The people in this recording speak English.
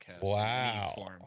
Wow